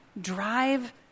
drive